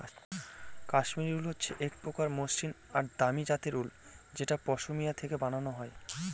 Kashmiri wool হচ্ছে এক প্রকার মসৃন আর দামি জাতের উল যেটা পশমিনা থেকে বানানো হয়